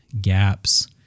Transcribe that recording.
gaps